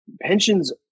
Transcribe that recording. Pensions